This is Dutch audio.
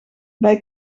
bij